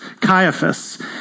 Caiaphas